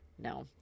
No